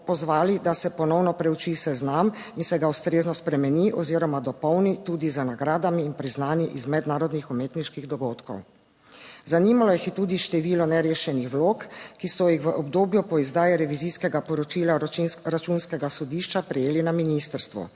pozvali, da se ponovno preuči seznam in se ga ustrezno spremeni oziroma dopolni tudi z nagradami in priznanji iz mednarodnih umetniških dogodkov. Zanimalo jih je tudi število nerešenih vlog, ki so jih v obdobju po izdaji revizijskega poročila računskega sodišča prejeli na ministrstvu.